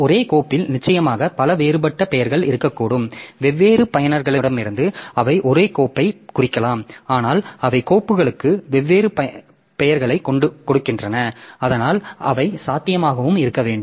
ஒரே கோப்பில் நிச்சயமாக பல வேறுபட்ட பெயர்கள் இருக்கக்கூடும் வெவ்வேறு பயனர்களிடமிருந்து அவை ஒரே கோப்பைக் குறிக்கலாம் ஆனால் அவை கோப்புகளுக்கு வெவ்வேறு பெயர்களைக் கொடுக்கின்றன அதனால் அவை சாத்தியமாகவும் இருக்க வேண்டும்